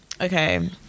okay